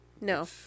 No